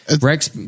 Rex